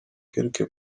quelque